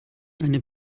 eine